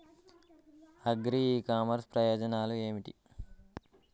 Agri e commerce ప్రయోజనాలు ఏమిటి?